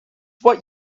what